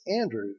Andrew